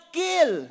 kill